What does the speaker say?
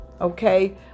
Okay